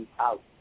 out